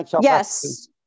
Yes